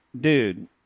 dude